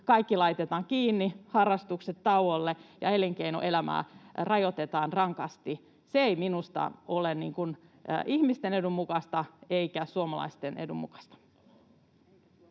kaikki laitetaan kiinni, harrastukset tauolle ja elinkeinoelämää rajoitetaan rankasti. Se ei minusta ole ihmisten edun mukaista eikä suomalaisten edun mukaista.